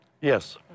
Yes